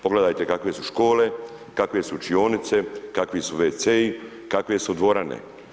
Pogledajte kakve su škole, kakve su učionice, kakvi su wc-i, kakve su dvorane.